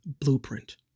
blueprint